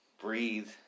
Breathe